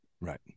Right